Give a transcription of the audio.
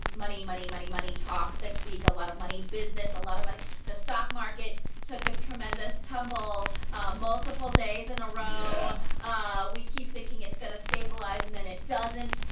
money, money, money, money talk this week, a lot of money business, a lot of money the stock market took a tremendous tumble multiple days in a row yeah ah we keep thinking it's going to stabilize, and then it doesn't.